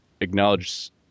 acknowledge